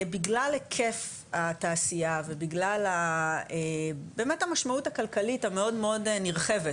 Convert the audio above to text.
בגלל היקף התעשייה ובגלל באמת המשמעות הכלכלית המאוד מאוד נרחבת,